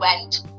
went